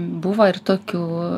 buvo ir tokių